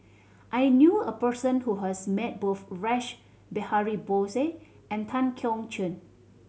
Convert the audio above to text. I knew a person who has met both Rash Behari Bose and Tan Keong Choon